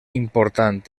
important